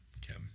Kim